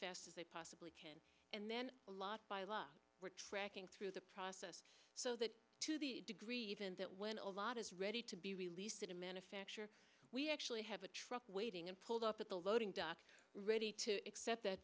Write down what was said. fast as they possibly can and then a lot by luck we're tracking through the process so that to the degree even that when a lot is ready to be released to the manufacturer we actually have a truck waiting and pulled up at the loading dock ready to accept that